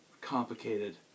complicated